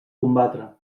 combatre